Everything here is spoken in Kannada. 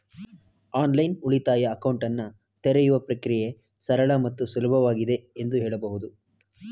ಆನ್ಲೈನ್ ಉಳಿತಾಯ ಅಕೌಂಟನ್ನ ತೆರೆಯುವ ಪ್ರಕ್ರಿಯೆ ಸರಳ ಮತ್ತು ಸುಲಭವಾಗಿದೆ ಎಂದು ಹೇಳಬಹುದು